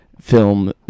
film